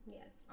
yes